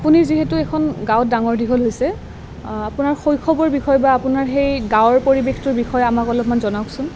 আপুনি যিহেতু এখন গাঁৱত ডাঙৰ দীঘল হৈছে আপোনাৰ শৈশৱৰ বিষয়ে বা আপোনাৰ সেই গাঁৱৰ পৰিৱেশটোৰ বিষয়ে আমাক অলপমান জনাওঁকচোন